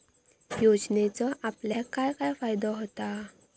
योजनेचो आपल्याक काय काय फायदो होता?